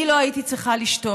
אני לא הייתי צריכה לשתות,